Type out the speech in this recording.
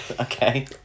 Okay